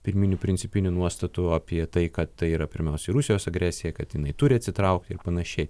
pirminių principinių nuostatų apie tai kad tai yra pirmiausiai rusijos agresija kad jinai turi atsitraukti ir panašiai